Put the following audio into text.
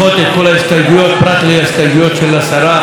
פרט להסתייגויות של השרה מירי רגב.